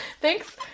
Thanks